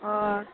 अ